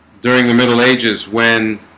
during the middle ages when